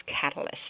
catalyst